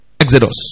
Exodus